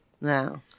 No